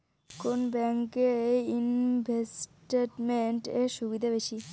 কোন ব্যাংক এ ইনভেস্টমেন্ট এর সুবিধা বেশি?